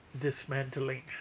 dismantling